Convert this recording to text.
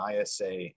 ISA